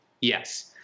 Yes